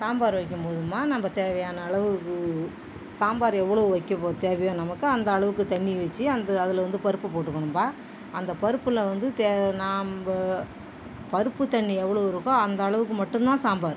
சாம்பார் வைக்கும் போதுமா நம்ப தேவையான அளவுக்கு சாம்பார் எவ்வளோ வைக்க போ தேவையோ நமக்கு அந்த அளவுக்கு தண்ணி வச்சு அந்த அதில் வந்து பருப்பு போட்டுக்கணுப்பா அந்த பருப்பில் வந்து தேவை நம்ப பருப்பு தண்ணி எவ்வளோ இருக்கோ அந்த அளவுக்கு மட்டுந்தான் சாம்பார்